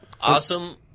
Awesome